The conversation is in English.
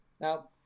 Now